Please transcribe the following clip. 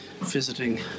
visiting